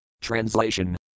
Translation